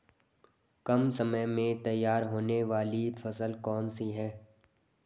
कम समय में तैयार होने वाली फसल कौन सी है?